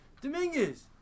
Dominguez